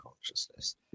consciousness